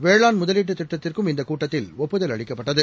வேளாண் முதலீட்டுத் திட்டத்திற்கும் இந்தகூட்டத்தில் ஒப்புதல் அளிக்கப்பட்டது